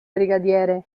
brigadiere